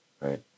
right